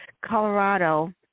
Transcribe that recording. Colorado